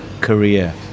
career